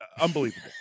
unbelievable